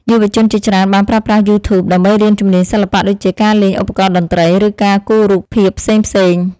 យុវជនជាច្រើនបានប្រើប្រាស់យូធូបដើម្បីរៀនជំនាញសិល្បៈដូចជាការលេងឧបករណ៍តន្ត្រី ឬការគូររូបភាពផ្សេងៗ។